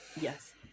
Yes